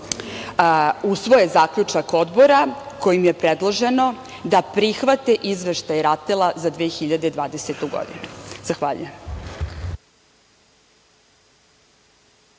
usvoje zaključak Odbora kojim je predloženo da prihvate Izveštaj RATEL-a za 2020. godinu. Zahvaljujem.